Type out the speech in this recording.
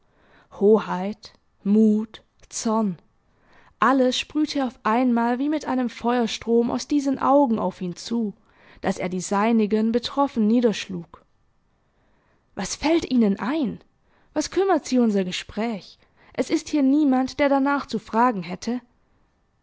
hoheit mut zorn alles sprühte auf einmal wie mit einem feuerstrom aus diesen augen auf ihn zu daß er die seinigen betroffen niederschlug was fällt ihnen ein was kümmert sie unser gespräch es ist hier niemand der darnach zu fragen hätte